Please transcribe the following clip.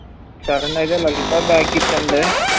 సరే అండి అయితే లలిత బ్యాగ్ ఇవ్వండి